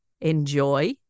enjoy